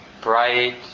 bright